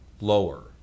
lower